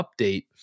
update